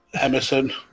Emerson